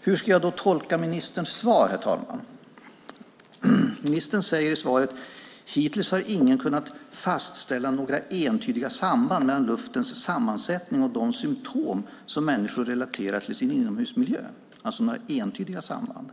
Hur ska jag då tolka ministerns svar, herr talman? Ministern säger i svaret att "hittills har man inte kunnat fastställa några entydiga samband mellan luftens sammansättning och de symtom som människor relaterar till sin inomhusmiljö". Alltså: inte några "entydiga" samband.